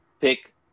pick